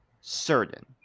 certain